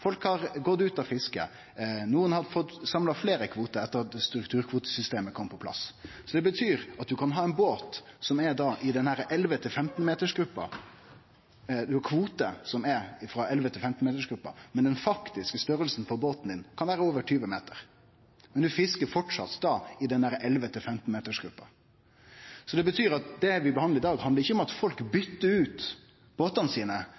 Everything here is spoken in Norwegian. Folk har bytta ut båtane sine, og folk har gått ut av fisket. Nokon har fått samla fleire kvoter etter at strukturkvotesystemet kom på plass. Det betyr at du kan ha ein båt eller ein kvote som er i 11–15-metersgruppa, men den faktiske storleiken på båten din kan vere over 20 meter, og du fiskar framleis i 11–15-metersgruppa. Det betyr at det vi behandlar i dag, handlar ikkje om at folk bytter ut båtane sine